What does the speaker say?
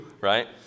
right